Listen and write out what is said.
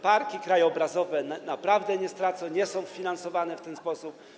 Parki krajobrazowe naprawdę nie stracą, nie są finansowane w ten sposób.